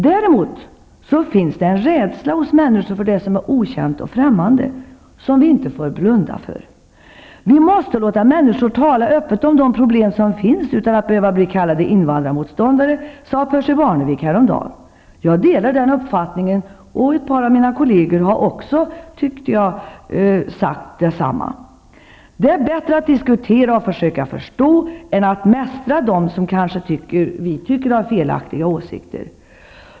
Däremot finns en rädsla hos människor för det som är okänt och främmande som vi inte får blunda för. Vi måste låta människor tala öppet om de problem som finns utan att behöva bli kallade invandrarmotståndare, sade Percy Barnevik häromdagen. Jag delar den uppfattningen, och ett par av mina kolleger har, tycker jag, sagt detsamma. Det är bättre att diskutera och försöka förstå än att mästra dem som vi kanske tycker har ''felaktiga'' åsikter.